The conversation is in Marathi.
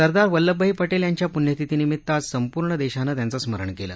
सरदार वल्लभभाई पटेल यांच्या पूण्यतिथी निमित्त आज संपूर्ण देशानं त्यांचं स्मरण केलं